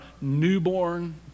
newborn